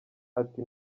ati